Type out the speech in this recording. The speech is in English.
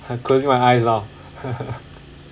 I'm closing my eyes now